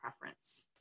preference